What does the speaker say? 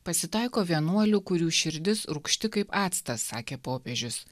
pasitaiko vienuolių kurių širdis rūgšti kaip actas sakė popiežius